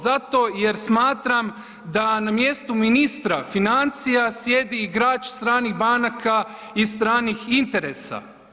Zato jer smatram da na mjestu ministru financija sjedi igrač stranih banaka i stranih interesa.